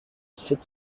sept